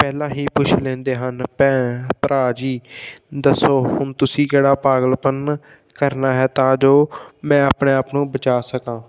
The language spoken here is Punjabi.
ਪਹਿਲਾਂ ਹੀ ਪੁੱਛ ਲੈਂਦੇ ਹਨ ਭੈਣ ਭਰਾ ਜੀ ਦੱਸੋ ਹੁਣ ਤੁਸੀਂ ਕਿਹੜਾ ਪਾਗਲਪਨ ਕਰਨਾ ਹੈ ਤਾਂ ਜੋ ਮੈਂ ਆਪਣੇ ਆਪ ਨੂੰ ਬਚਾ ਸਕਾਂ